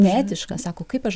neetiška sako kaip aš